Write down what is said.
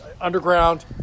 underground